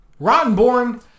Rottenborn